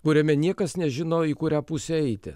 kuriame niekas nežino į kurią pusę eiti